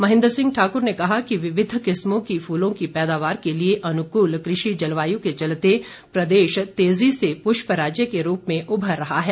महेन्द्र सिंह ठाकुर ने कहा कि विविध किस्मों की फूलों की पैदावार के लिए अनुकूल कृषि जलवायु के चलते प्रदेश तेजी से पुष्प राज्य के रूप में उमर रहा है